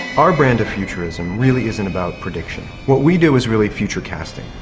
our brand of futurism really isn't about prediction. what we do is really future-casting,